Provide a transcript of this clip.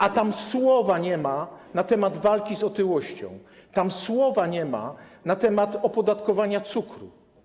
A tam słowa nie ma na temat walki z otyłością, tam słowa nie ma na temat opodatkowania cukru.